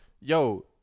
Yo